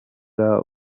out